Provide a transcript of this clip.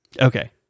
Okay